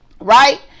right